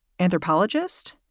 anthropologist